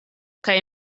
kaj